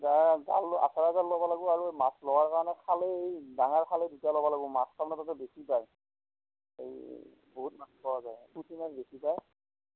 নাই এডাল ল'ব লাগিব আৰু মাছ লোৱাৰ কাৰণে খালৈ ডাঙৰ খালৈ দুটা ল'ব লাগিব মাছ তাৰমানে বেছি যায় সেই বহুত মাছ পাৱা যায় পুথি মাছ বেছি পায়